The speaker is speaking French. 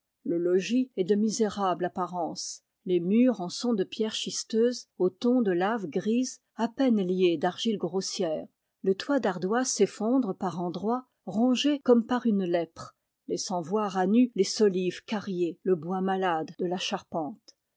le logis est de misérable apparence les murs en sont de pierres schisteuses aux tons de lave grise à peine liées d'argile grossière le toit d'ardoise s'effondre par endroits rongé comme par une lèpre laissant voir à nu les solives cariées le bois malade de la charpente